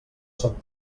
son